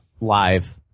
live